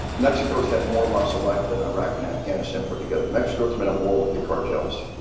mexico has had more loss of life than iraq and afghanistan put together. mexico has been at war with the cartels.